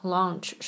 Launch